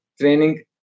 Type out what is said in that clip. training